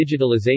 digitalization